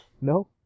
No